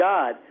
God